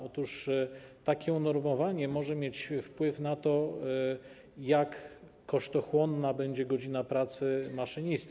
Otóż takie unormowanie może mieć wpływ na to, jak kosztochłonna będzie godzina pracy maszynisty.